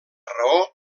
raó